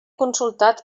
consultat